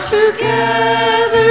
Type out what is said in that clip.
together